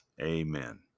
Amen